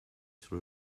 sur